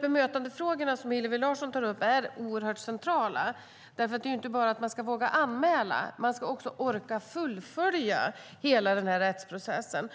Bemötandefrågorna, som Hillevi Larsson tar upp, är centrala. Man ska inte bara våga anmäla, utan man ska också orka fullfölja hela rättsprocessen.